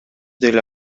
деле